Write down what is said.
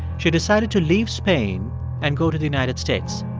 she decided to leave spain and go to the united states.